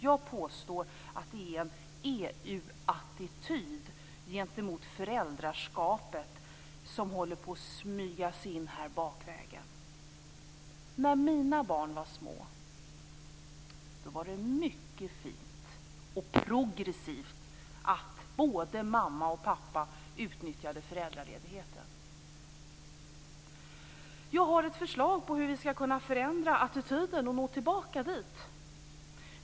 Jag påstår att det är en EU-attityd gentemot föräldraskapet som håller på att smyga sig in bakvägen. När mina barn var små var det fint och progressivt att både mamma och pappa utnyttjade föräldraledigheten. Jag har ett förslag till hur vi skall kunna förändra attityden och nå tillbaka dit.